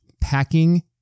packing